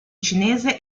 cinese